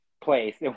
place